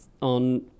on